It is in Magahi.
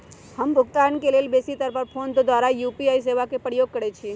हम भुगतान के लेल बेशी तर् फोन द्वारा यू.पी.आई सेवा के प्रयोग करैछि